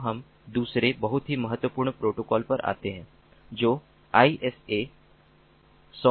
अब हम दूसरे बहुत ही महत्वपूर्ण प्रोटोकॉल पर आते हैं जो ISA10011A है